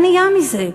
מה נהיה מזה?